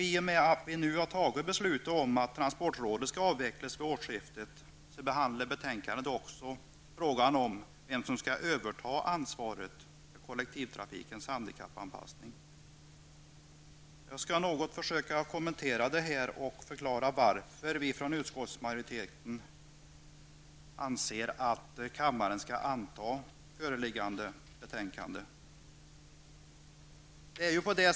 I och med att vi nu har fattat beslut om att transportrådet skall avvecklas vid årsskiftet behandlar betänkandet också frågan om vem som skall överta ansvaret för kollektivtrafikens handikappanpassning. Jag skall något försöka kommentera detta och förklara varför vi i utskottsmajoriteten anser att kammaren skall anta föreliggande förslag.